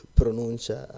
pronuncia